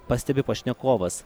pastebi pašnekovas